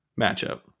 matchup